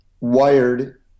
Wired